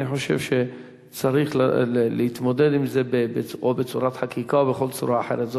אני חושב שצריך להתמודד עם זה או בצורת חקיקה או בכל צורה אחרת.